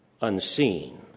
unseen